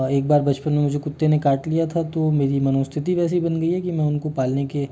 एक बार बचपन में मुझे कुत्ते ने काट लिया था तो मेरी मनोस्थिति वैसी बन गई है कि मैं उनको पालने के